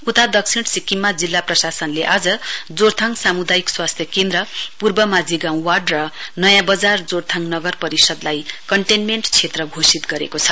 उता दक्षिण सिक्किममा जिल्ला प्रशासनले आज जोरथाङ सामुदायिक स्वास्थ्य केन्द्र पूर्व माझीगाउँ वार्ड र नयाँ वजार जोरथाङ नगर परिषदलाई कन्टेन्मेण्ट क्षेत्र घोषित गरेको छ